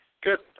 Good